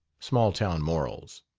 small-town morals.